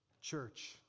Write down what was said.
church